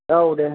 औ दे